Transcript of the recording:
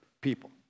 people